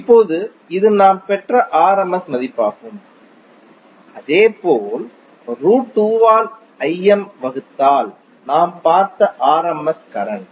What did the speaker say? இப்போது இது நாம் பெற்ற rms மதிப்பாகும் அதேபோல் ரூட் 2 ஆல் Im வகுத்தால் நாம் பார்த்த rms கரண்ட்